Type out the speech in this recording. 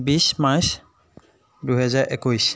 বিছ মাৰ্চ দুহেজাৰ একৈছ